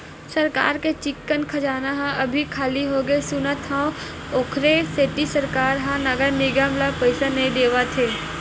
सरकार के चिक्कन खजाना ह अभी खाली होगे सुनत हँव, ओखरे सेती सरकार ह नगर निगम ल पइसा नइ देवत हे